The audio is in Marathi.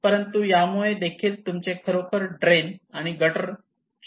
परंतु त्यामुळे देखील खरोखर तुमचे ड्रेन आणि गटर चोक अप होऊ शकतात